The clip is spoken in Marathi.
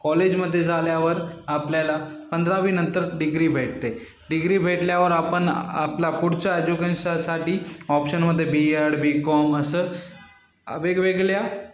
कॉलेजमध्ये झाल्यावर आपल्याला पंधरावीनंतर डिग्री भेटते डिग्री भेटल्यावर आपण आपला पुढच्या एज्युकेंशासाठी ऑप्शनमध्ये बी एड बी कॉम असं वेगवेगळ्या